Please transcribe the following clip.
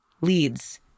leads